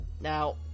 Now